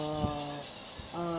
uh uh